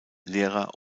lehrer